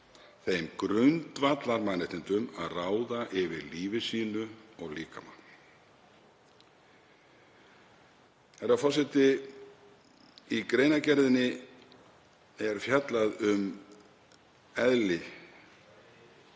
þeim grundvallarmannréttindum að ráða yfir lífi sínu og líkama. Herra forseti. Í greinargerðinni er fjallað um eðli